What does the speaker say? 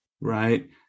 right